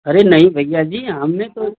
अरे नहीं भैया जी हमने तो